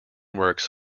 works